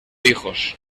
hijos